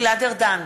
גלעד ארדן,